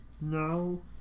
No